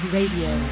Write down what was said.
Radio